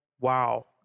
Wow